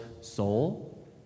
soul